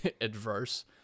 adverse